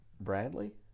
Bradley